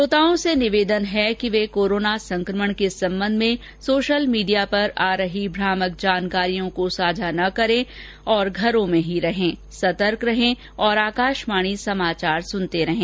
श्रोताओं से निवेदन है कि वे कोरोना संकमण के संबंध में सोशल मीडिया पर आ रही भ्रामक जानकारियों को साझा न करें और घरों में ही रहें सतर्क रहें और आकाशवाणी समाचार सुनते रहें